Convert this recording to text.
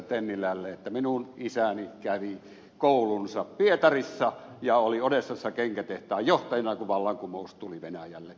tennilälle että minun isäni kävi koulunsa pietarissa ja oli odessassa kenkätehtaan johtajana kun vallankumous tuli venäjälle